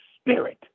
spirit